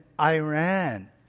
Iran